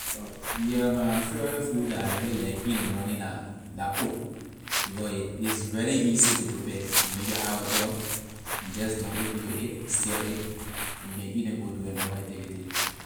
Yeah my favorite food la I really like in ley morning la oat because a it’s really easy to prepare you make your hot water you just dump it into it stir it and you can eat and go do your normal activity.